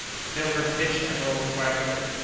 the pilgrim pitched and rolled frightfully.